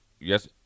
yes